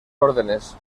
órdenes